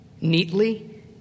neatly